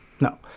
no